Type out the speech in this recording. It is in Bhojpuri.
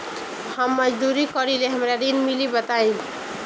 हम मजदूरी करीले हमरा ऋण मिली बताई?